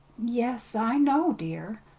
yes, i know, dear,